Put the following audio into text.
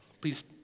Please